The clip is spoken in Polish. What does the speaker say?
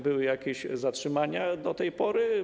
Były jakieś zatrzymania do tej pory?